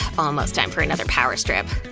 almost time for another power strip.